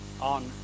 on